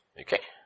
Okay